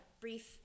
brief